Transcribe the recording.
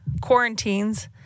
quarantines